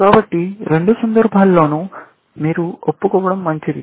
కాబట్టి రెండు సందర్భాల్లోనూ మీరు ఒప్పుకోవడం మంచిది